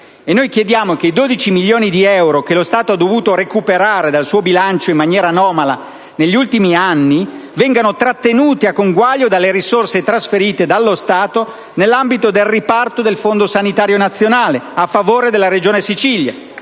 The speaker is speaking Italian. Noi chiediamo che i 12 milioni di euro che lo Stato ha dovuto recuperare dal suo bilancio in maniera anomala negli ultimi anni vengano trattenuti a conguaglio dalle risorse trasferite dallo Stato nell'ambito del riparto del fondo sanitario nazionale a favore della Regione Siciliana